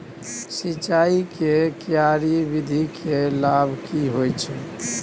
सिंचाई के क्यारी विधी के लाभ की होय छै?